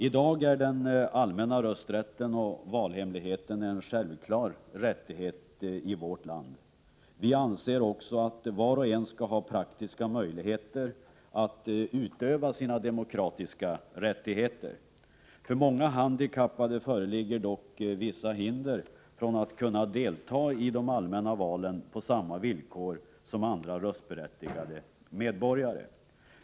I dag är den allmänna rösträtten och valhemligheten en självklar rättighet i vårt land. Vi anser också att var och en skall ha praktiska möjligheter att utöva sina demokratiska rättigheter. För många handikappade föreligger dock vissa hinder för att kunna delta i de allmänna valen på samma villkor som andra röstberättigade medborgare.